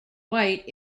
white